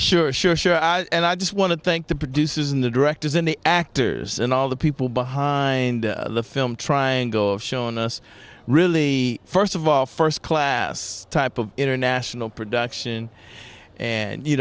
sure sure sure i and i just want to thank the producers and the directors and the actors and all the people behind the film triangle showing us really first of all first class type of international production and you